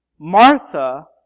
Martha